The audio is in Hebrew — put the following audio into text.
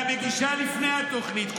והמגישה לפני התוכנית,